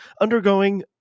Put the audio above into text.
undergoing